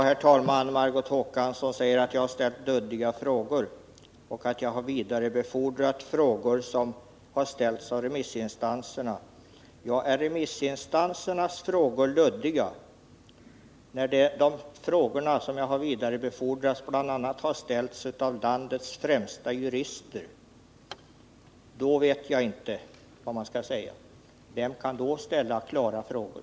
Herr talman! Margot Håkansson säger att jag har ställt luddiga frågor och vidarebefordrat frågor som har ställts av remissinstanserna. Är remissinstansernas frågor luddiga, frågor som har ställts av landets främsta jurister, vem kan då ställa klara frågor!